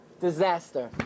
disaster